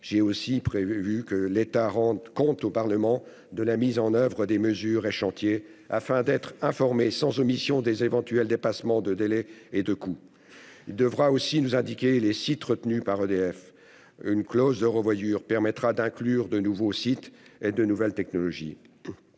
J'ai aussi prévu que l'État rende compte au Parlement de la mise en oeuvre des mesures et des chantiers, afin que celui-ci soit informé sans omission des éventuels dépassements de délais et de coûts. L'État devra nous indiquer les sites retenus par EDF. Une clause de rendez-vous permettra d'inclure de nouveaux sites et de nouvelles technologies.